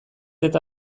eta